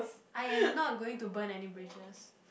I am not going to burn any bridges